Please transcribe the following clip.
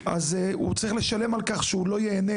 הוא צריך לשלם על כך שהוא לא ייהנה